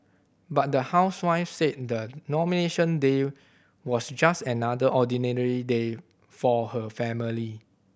but the housewife said the Nomination Day was just another ordinary day for her family